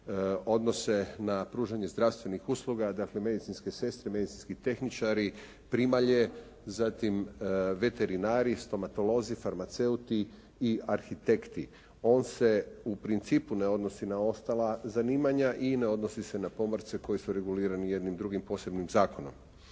odnose na pružanje zdravstvenih usluga. Dakle, medicinske sestre, medicinski tehničari, primalje, zatim veterinari, stomatolozi, farmaceuti i arhitekti. On se u principu ne odnosi na ostala zanimanja i ne odnosi se na pomorce koji su regulirani jednim drugim posebnim zakonom.